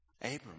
Abram